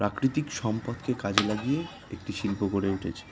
প্রাকৃতিক সম্পদকে কাজে লাগিয়ে একটি শিল্প গড়ে উঠেছে